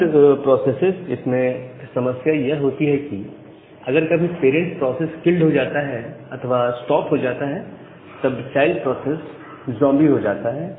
child processes इसमें यह समस्या होती है कि अगर कभी पेरेंट्स प्रोसेस किल्ड हो जाता है अथवा स्टॉप हो जाता है तब चाइल्ड प्रोसेस ज़ोंबी हो जाता है